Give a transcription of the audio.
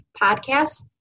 podcast